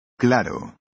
Claro